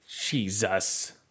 Jesus